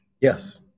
Yes